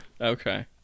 Okay